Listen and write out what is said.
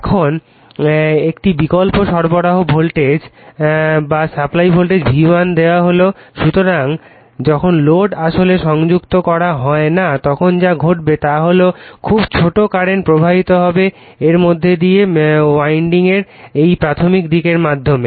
এখন একটি বিকল্প সরবরাহ ভোল্টেজ V1 দেওয়া হয় সুতরাং যখন লোড আসলে সংযুক্ত করা হয় না তখন যা ঘটবে তা হল খুব ছোট কারেন্ট প্রবাহিত হবে এর মধ্য দিয়ে উইন্ডিংয়ের এই প্রাথমিক দিকের মাধ্যমে